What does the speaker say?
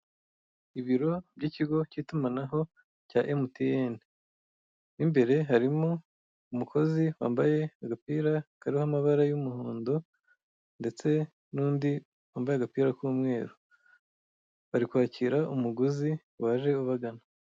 Ibiro by'ikigo cy'itumanaho cya emutiyeni mo imbere harimo umukozi wambaye agapira kariho amabara y'umuhondo, ndetse n'undi wambaye agapira k'umweru. Bari kwakira umuguzi waje abagana.